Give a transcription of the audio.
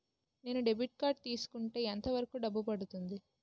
నేను debit card తీసుకుంటే ఎంత వరకు డబ్బు పడుతుంది?